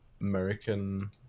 American